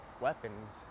weapons